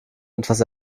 etwas